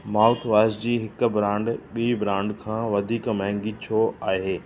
mouthwash जी हिकु brand ॿीं ब्रांड खां वधीक महांगी छो आहे